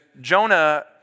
Jonah